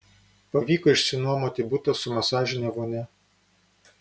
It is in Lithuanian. pavyko išsinuomoti butą su masažine vonia